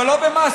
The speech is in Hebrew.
אבל לא במעשים.